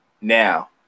Now